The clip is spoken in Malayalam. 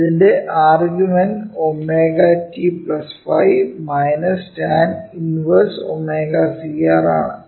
അതിൻറെ argument ω t ϕ minus tan inverse ω c R ആണ്